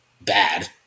bad